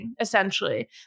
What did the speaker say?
essentially